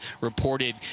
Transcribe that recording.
reported